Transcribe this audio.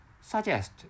suggest